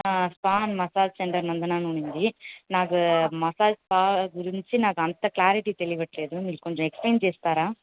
spa and massage centre Nandana అని ఉంది నాకు మసాజ్ స్పా గురించి నాకు అంత క్లారిటీ తెలీటల్లేదు మీరు కొంచెం ఎక్స్ప్లయిన్ చేస్తారా